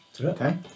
Okay